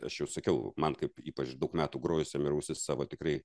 aš jau sakiau man kaip ypač daug metų grojusiam ir ausis savo tikrai